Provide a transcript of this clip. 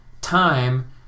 time